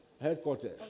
Headquarters